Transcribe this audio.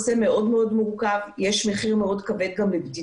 אוד מוקדם להגן על האוכלוסייה בסיכון ובעצם לבודד